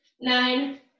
nine